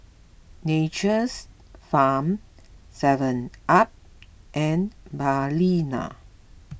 Nature's Farm SevenUp and Balina